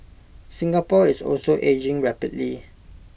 Singapore is also ageing rapidly